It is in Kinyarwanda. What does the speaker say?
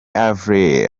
avril